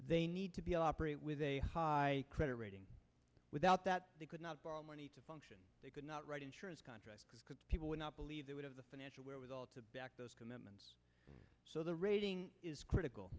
they need to be operate with a high credit rating without that they could not borrow money to function they could not write insurance contracts because people would not believe they would have the financial wherewithal to back those commitments so the rating is critical